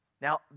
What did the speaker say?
Now